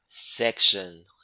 SECTION